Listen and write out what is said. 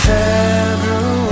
February